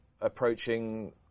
approaching